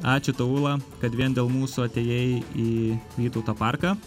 ačiū tau ūla kad vien dėl mūsų atėjai į vytauto parką